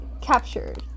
captured